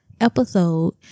episode